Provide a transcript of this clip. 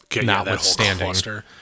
notwithstanding